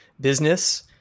business